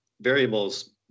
variables